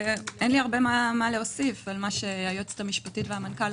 אין לי הרבה מה הוסיף על מה שאמרו היועצת המשפטית והמנכ"ל,